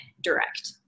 direct